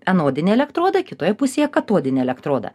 anodinį elektrodą kitoje pusėje katodinį elektrodą